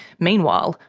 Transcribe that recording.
meanwhile,